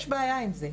יש בעיה עם זה.